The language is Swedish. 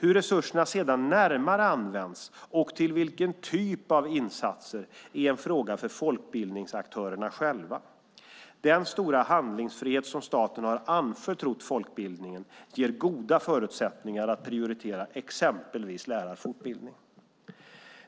Hur resurserna sedan används, till vilken typ av insatser de används, är en fråga för folkbildningsaktörerna själva. Den stora handlingsfrihet som staten har anförtrott folkbildningen ger goda förutsättningar att prioritera exempelvis lärarfortbildning.